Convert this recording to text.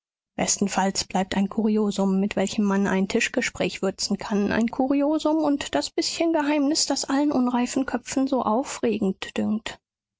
bestenfalls bleibt ein kuriosum mit welchem man ein tischgespräch würzen kann ein kuriosum und das bißchen geheimnis das allen unreifen köpfen so aufregend dünkt